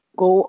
go